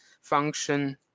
function